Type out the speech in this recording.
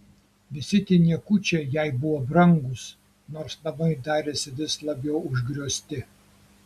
visi tie niekučiai jai buvo brangūs nors namai darėsi vis labiau užgriozti